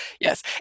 Yes